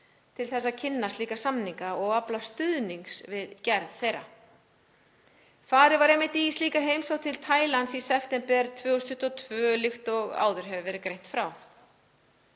til þess að kynna slíka samninga og afla stuðnings við gerð þeirra. Farið var einmitt í slíka heimsókn til Taílands í september 2022 líkt og áður hefur verið greint frá.